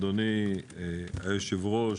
אדוני היושב-ראש,